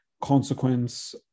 consequence